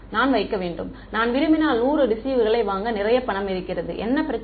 நான் வைக்க வேண்டும் நான் விரும்பினால் 100 ரிசீவர்களை வாங்க நிறைய பணம் இருக்கிறது என்ன பிரச்சனை